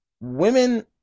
women